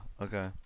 okay